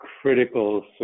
critical